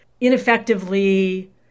ineffectively